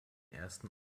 ersten